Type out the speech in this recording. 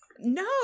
No